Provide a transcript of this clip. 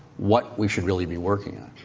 what we should really be working on.